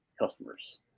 customers